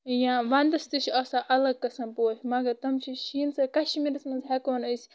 یا ونٛدس تہِ چھِ اسان الگ قٕسم پوش مگر تِم چھِ شیٖنہٕ سۭتۍ کشمیٖرس منٛز ہیکو نہٕ أسۍ